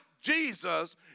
Jesus